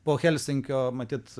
po helsinkio matyt